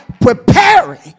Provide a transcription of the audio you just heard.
preparing